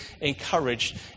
encouraged